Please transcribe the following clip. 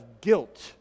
guilt